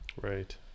Right